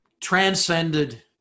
transcended